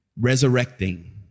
Resurrecting